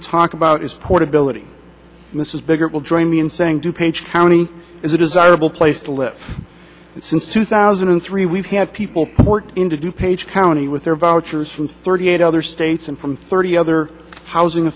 to talk about is portability mrs biggert will join me in saying to page county is a desirable place to live since two thousand and three we've had people poured into du page county with their vouchers from thirty eight other states and from thirty other housing